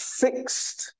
fixed